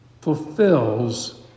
fulfills